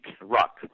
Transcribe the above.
rock